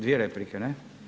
Dvije replike, ne?